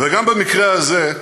וגם במקרה הזה,